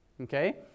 Okay